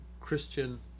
Christian